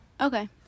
Okay